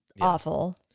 Awful